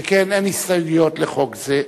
שכן אין הסתייגויות לחוק זה,